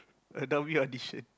Adobe audition